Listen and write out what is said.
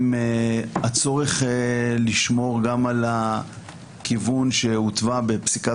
עם הצורך לשמור גם על הכיוון שהותווה בפסיקת